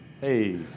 Hey